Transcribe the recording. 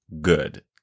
good